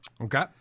Okay